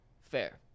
Fair